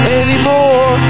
anymore